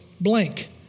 blank